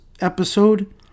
episode